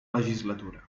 legislatura